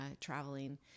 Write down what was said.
traveling